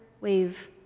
wave